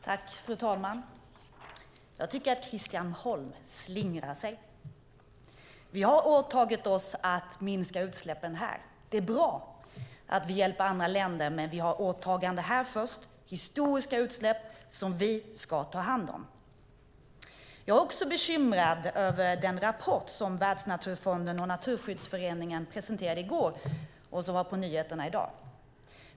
Fru talman! Jag tycker att Christian Holm slingrar sig. Vi har åtagit oss att minska utsläppen här. Det är bra att vi hjälper andra länder, men vi har åtaganden här först med historiska utsläpp som vi ska ta hand om. Jag är också bekymrad över den rapport som Världsnaturfonden och Naturskyddsföreningen presenterade i går och som vi kunde höra om på nyheterna i dag.